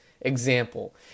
example